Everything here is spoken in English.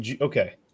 Okay